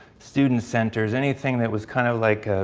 student centers, anything that was kind of like